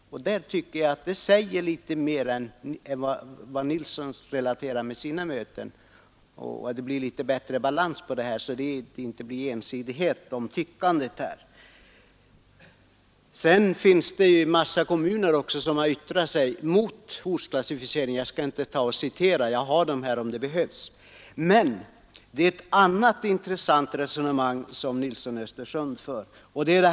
Jag tycker det säger litet mer än det som herr Nilsson relaterar från sina möten. Genom att jag anfört detta blir det litet mer balans i debatten och inte en så ensidig spegling av tyckandet. En massa kommuner har också yttrat sig mot ortsklassificeringen — jag skall inte citera deras yttranden, men jag har dem här om det behövs. Herr Nilsson i Östersund förde ett annat intressant resonemang.